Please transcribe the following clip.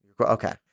okay